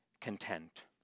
content